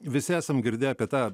visi esam girdėję apie tą